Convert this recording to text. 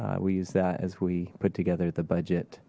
we use that as we put together the budget